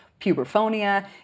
puberphonia